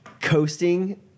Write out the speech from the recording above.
coasting